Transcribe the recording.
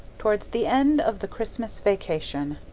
towards the end of the christmas vacation.